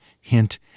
Hint